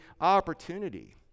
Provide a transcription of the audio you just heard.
opportunity